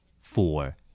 Four